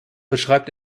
beschreibt